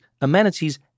amenities